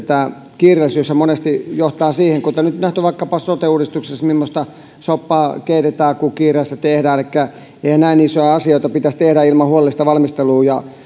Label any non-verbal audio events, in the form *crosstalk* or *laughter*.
*unintelligible* tämä kiireelli syyshän monesti johtaa sellaiseen kuten nyt on nähty vaikkapa sote uudistuksessa millaista soppaa keitetään kun kiireessä tehdään elikkä eihän näin isoja asioita pitäisi tehdä ilman huolellista valmistelua ja